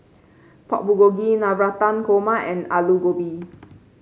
Pork Bulgogi Navratan Korma and Alu Gobi